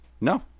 no